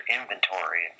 inventory